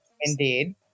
indeed